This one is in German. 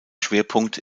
schwerpunkt